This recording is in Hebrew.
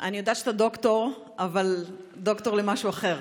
אני יודעת שאתה דוקטור, אבל דוקטור למשהו אחר,